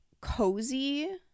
cozy